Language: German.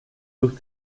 durch